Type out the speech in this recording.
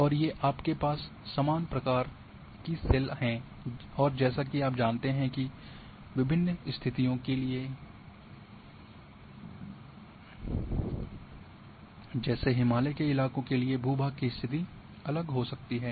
और ये आपके पास समान आकार की सेल हैं और जैसा कि आप जानते हैं कि विभिन्न स्थितियों के लिए क्योंकि हिमालय के इलाकों के लिए भू भाग की स्थिति अलग हो सकती है